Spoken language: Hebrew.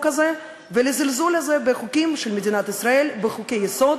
הזה ולזלזול הזה בחוקים של מדינת ישראל ובחוקי-יסוד.